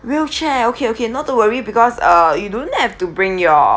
wheelchair okay okay not to worry because uh you don't have to bring your